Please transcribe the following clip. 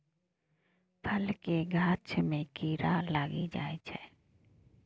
फल केर गाछ मे कीड़ा लागि जाइ छै